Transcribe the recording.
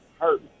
hurt